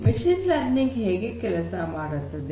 machine learning ಹೇಗೆ ಕೆಲಸ ಮಾಡುತ್ತದೆ